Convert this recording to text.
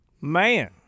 man